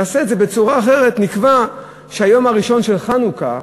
נעשה את זה בצורה אחרת: נקבע שהיום הראשון של חנוכה,